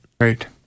Right